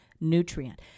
nutrient